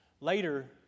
Later